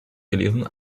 gelesen